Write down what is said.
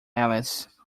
alice